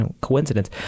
coincidence